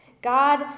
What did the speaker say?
God